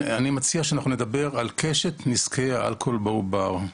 אני מציע שנדבר על קשת נזקי האלכוהול בעובר.